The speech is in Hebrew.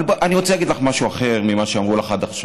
אבל אני רוצה להגיד לך משהו אחר ממה שאמרו לך עד עכשיו.